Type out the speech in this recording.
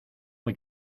muy